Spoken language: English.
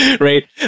right